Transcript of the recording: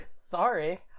Sorry